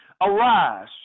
arise